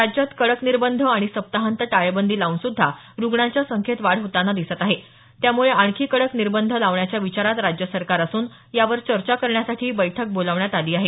राज्यात कडक निर्बंध आणि सप्ताहांत टाळेबंदी लाऊनसुद्धा रुग्णांच्या संख्येत वाढ होताना दिसत आहे त्यामुळे आणखी कडक निर्बंध लावण्याच्या विचारात राज्य सरकार असून यावर चर्चा करण्यासाठी ही बैठक बोलावण्यात आली आहे